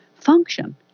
function